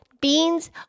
beans